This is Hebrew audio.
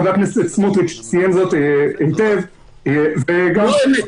חבר הכנסת סמוטריץ' ציין זאת היטב -- לא אמת.